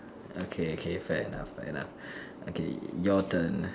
okay K fair enough fair enough okay your turn